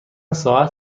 ساعت